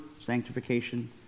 sanctification